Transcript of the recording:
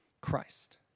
Christ